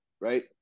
Right